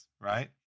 right